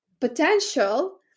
potential